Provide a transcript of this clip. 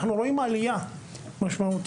אנחנו רואים עלייה משמעותית.